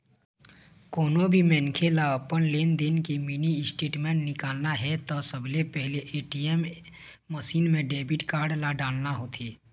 कोनो भी मनखे ल अपन लेनदेन के मिनी स्टेटमेंट निकालना हे त सबले पहिली ए.टी.एम मसीन म डेबिट कारड ल डालना होथे